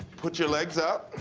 put your legs up